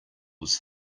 was